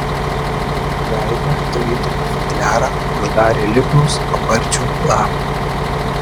veidą tarytum į futliarą uždarė lipnūs paparčių lapai